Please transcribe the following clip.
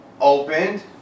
opened